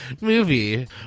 movie